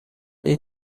این